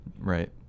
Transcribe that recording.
Right